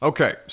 Okay